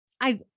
I-